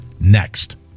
next